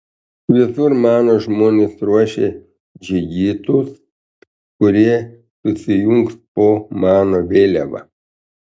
visur mano žmonės ruošia džigitus kurie susijungs po mano vėliava